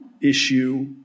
issue